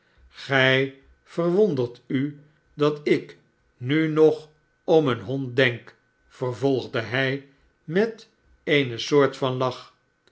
gij verwondert u dat ik nu nog om een hond denk vervolgde hij met eene soort van lach